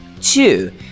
Two